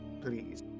please